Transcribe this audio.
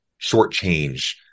shortchange